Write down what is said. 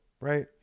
right